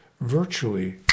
virtually